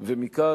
ומכאן,